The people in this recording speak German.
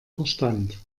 verstand